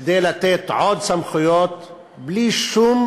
כדי לתת עוד סמכויות בלי שום